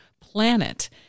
planet